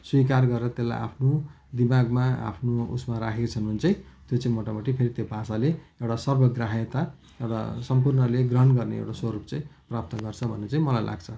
स्विकार गरेर त्यसलाई आफ्नो दिमागमा आफ्नो उयोमा राखेका छन् भने चाहिँ त्यो चाहिँ मोटा मोटी फेरि त्यो भाषाले एउटा सर्वग्राह्यता र सम्पूर्णले ग्रहण गर्ने एउटा स्वरूप चाहिँ प्राप्त गर्छ भनेर चाहिँ मलाई लाग्छ